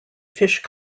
fish